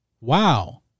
Wow